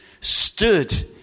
stood